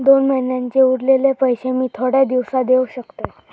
दोन महिन्यांचे उरलेले पैशे मी थोड्या दिवसा देव शकतय?